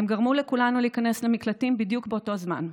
הן גרמו לכולנו להיכנס למקלטים בדיוק באותו הזמן.